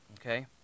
okay